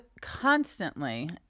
constantly